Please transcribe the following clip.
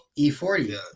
e40